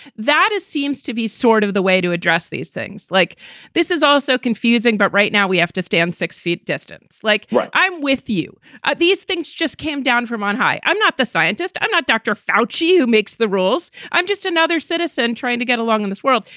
that it seems to be sort of the way to address these things like this is also confusing. but right now, we have to stand six feet distance like. right. i'm with you at these things just came down from on high. i'm not the scientist. i'm not dr. foushee who makes the rules. i'm just another citizen trying to get along in this world.